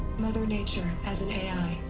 mother nature, as an ai.